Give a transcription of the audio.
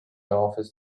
office